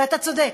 ואתה צודק,